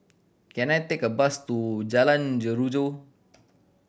can I take a bus to Jalan Jeruju